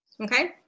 Okay